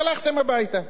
והלכתם הביתה.